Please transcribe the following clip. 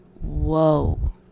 whoa